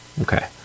Okay